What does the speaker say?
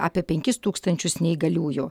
apie penkis tūkstančius neįgaliųjų